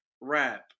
rap